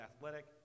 athletic